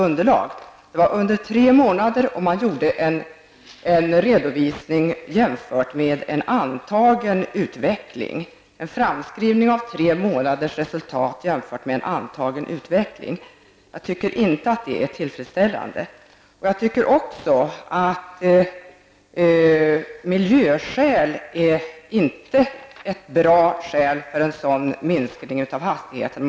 Tidsperioden var tre månader, och man har gjort en redovisning jämfört med en antagen utveckling. Jag tycker inte att det är tillfredsställande. Jag tycker också att miljöskäl inte är ett bra skäl för en sådan minskning av hastigheten.